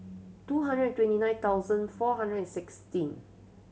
two hundred twenty nine thousand four hundred and sixteen